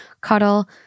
cuddle